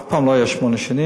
אף פעם לא היה שמונה שנים,